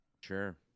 Sure